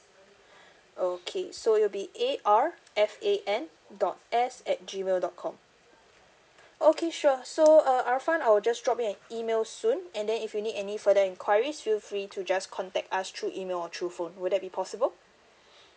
okay so it'll be A R F A N dot S at G mail dot com okay sure so uh arfan I will just drop you an email soon and then if you need any further enquiries feel free to just contact us through email or through phone would that be possible